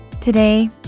Today